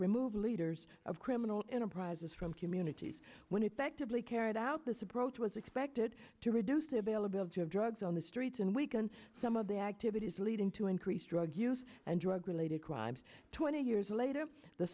remove leaders of criminal enterprises from communities when effectively carried out this approach was expected to reduce their bail have drugs on the streets and we can some of the activities leading to increased drug use and drug related crimes twenty years later the